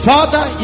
Father